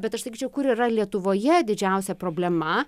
bet aš sakyčiau kur yra lietuvoje didžiausia problema